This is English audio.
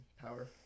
power